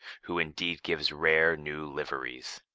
who indeed gives rare new liveries.